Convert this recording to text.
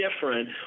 different